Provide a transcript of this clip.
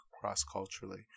cross-culturally